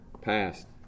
passed